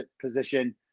position